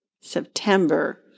September